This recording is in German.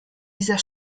dieser